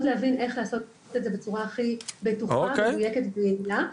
להבין איך לעשות את זה בצורה הכי בטוחה ומדוייקת ויעילה.